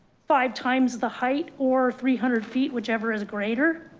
five times the height or three hundred feet, whichever is greater.